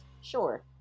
Sure